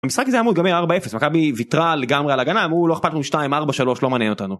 המשחק הזה היה אמור להיגמר 4-0, מכבי ויתרה לגמרי על ההגנה, אמרו לא אכפת לנו 2-4-3 לא מעניין אותנו